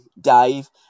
Dave